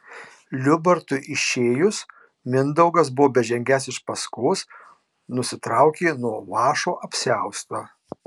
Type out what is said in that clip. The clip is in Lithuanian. liubartui išėjus mindaugas buvo bežengiąs iš paskos nusitraukė nuo vąšo apsiaustą